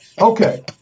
Okay